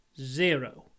Zero